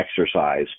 exercise